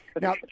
Now